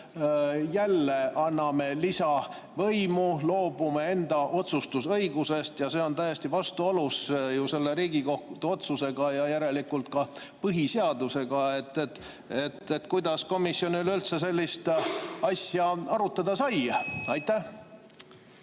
jälle anname lisavõimu, loobume enda otsustusõigusest ja see on täiesti vastuolus ju selle Riigikohtu otsusega ja järelikult ka põhiseadusega. Kuidas komisjon üleüldse sellist asja arutada sai? Aitäh!